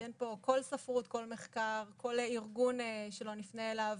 כל הספרות, כל מחקר, כל ארגון שלא נפנה אליו,